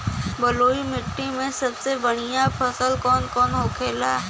बलुई मिट्टी में सबसे बढ़ियां फसल कौन कौन होखेला?